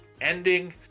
ending